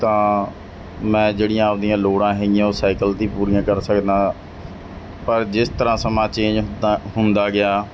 ਤਾਂ ਮੈਂ ਜਿਹੜੀਆਂ ਆਪਦੀਆਂ ਲੋੜਾਂ ਹੈਗੀਆਂ ਉਹ ਸਾਈਕਲ 'ਤੇ ਪੂਰੀਆਂ ਕਰ ਸਕਦਾ ਪਰ ਜਿਸ ਤਰ੍ਹਾਂ ਸਮਾਂ ਚੇਂਜ ਹੁਦਾ ਹੁੰਦਾ ਗਿਆ